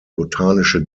botanische